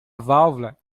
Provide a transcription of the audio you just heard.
válvula